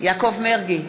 יעקב מרגי,